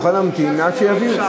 היא מוכנה להמתין עד שיביאו.